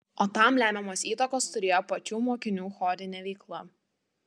o tam lemiamos įtakos turėjo pačių mokinių chorinė veikla